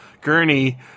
gurney